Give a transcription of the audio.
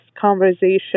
conversation